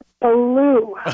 blue